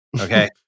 Okay